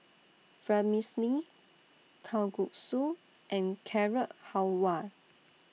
Vermicelli Kalguksu and Carrot Halwa